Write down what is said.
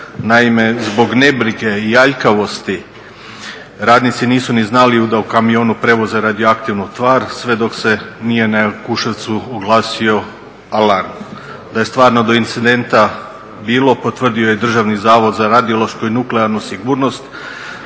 Naime, zbog nebrige i aljkavosti radnici nisu ni znali da u kamionu prevoze radioaktivnu tvar sve dok se nije na Jakuševcu oglasio alarm. Da je stvarno do incidenta bilo potvrdio je Državni zavod za radiološku i nuklearnu sigurnost